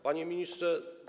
Panie Ministrze!